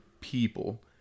people